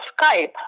Skype